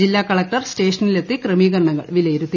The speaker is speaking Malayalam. ജില്ല കളക്ടർ സ്റ്റേഷനിലെത്തി ക്രമീകരണങ്ങൾ വിലയിരുത്തി